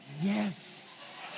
yes